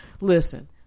Listen